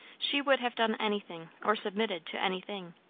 she would have done anything or submitted to anything.